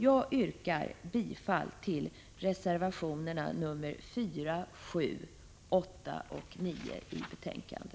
Jag yrkar bifall till reservationerna 4, 7, 8 och 9 vid detta betänkande.